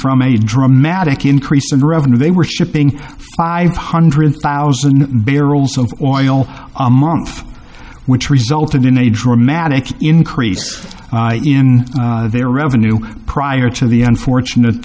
from a dramatic increase in revenue they were shipping five hundred thousand barrels of oil a month which resulted in a dramatic increase their revenue prior to the unfortunate